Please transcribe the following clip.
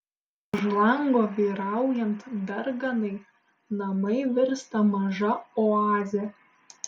už lango vyraujant darganai namai virsta maža oaze